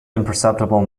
imperceptible